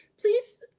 please